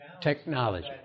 Technology